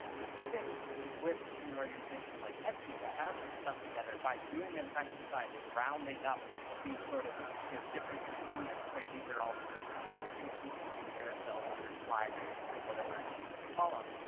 but even with an organization like etsi that has their stuff together by doing this exercise and rounding up these sort of you know different components, right, these are all sort of instances of carousels or sliders or whatever it is you want to call um